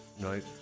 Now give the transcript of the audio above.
night